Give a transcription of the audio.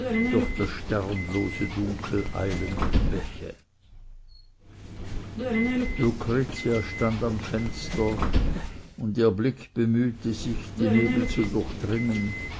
durch das sternlose dunkel eilenden bäche lucretia stand am fenster und ihr blick bemühte sich die nebel zu durchdringen